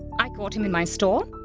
i caught him in my store.